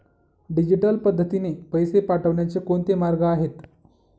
Digital पद्धतीने पैसे पाठवण्याचे कोणते मार्ग आहेत?